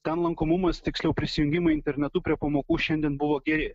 ten lankomumas tiksliau prisijungimo internetu prie pamokų šiandien buvo geri